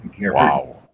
Wow